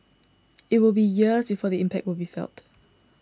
it will be years before the impact will be felt